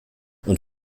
und